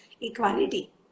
equality